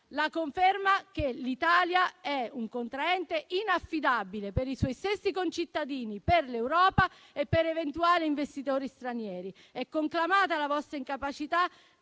la conferma che l'Italia è un contraente inaffidabile per i suoi stessi concittadini, per l'Europa e per eventuali investitori stranieri. È conclamata la vostra incapacità